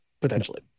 potentially